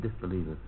disbelievers